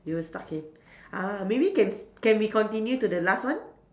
you were stuck in uh maybe can s~ can we continue to the last one